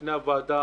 בפני הוועדה